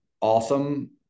awesome